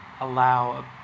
allow